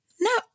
No